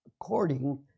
according